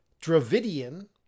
Dravidian